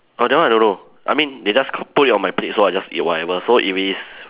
oh that one I don't know I mean they just c~ put it on my plate so I just eat whatever so if it is